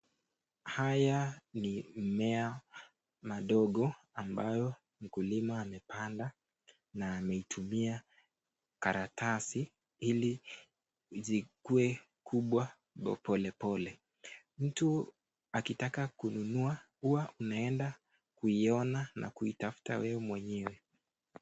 Haya ni mimea madogo ambayo mkulima amepanda na ameitumia karatasi ili zikuwe kubwa pole pole. Mtu akitaka kununua huwa unaenda kuona na kuitafuta wewe mwenyewe.